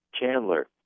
Chandler